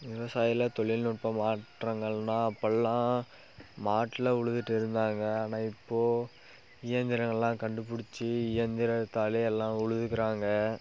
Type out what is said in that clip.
விவசாயில தொழில்நுட்ப மாற்றங்கள்னா அப்பெல்லாம் மாட்டில் உழுதுகிட்டு இருந்தாங்க ஆனால் இப்போது இயந்திரங்கலாம் கண்டுபிடிச்சி இயந்திரத்தாலே எல்லாம் உழுதுகிறாங்க